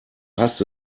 hast